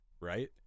right